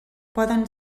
poden